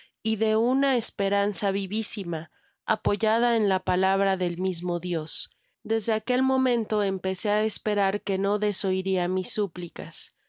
y de uná esperanza vivísima apoyada en la palabra del mismo oíos desde aquel momento empecé á esperar que no desoiria mis suplicas